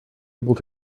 able